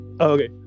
okay